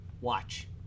Watch